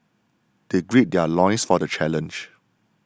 they gird their loins for the challenge